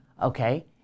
Okay